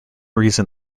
reason